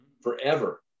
forever